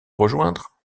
rejoindre